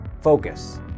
focus